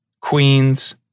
Queens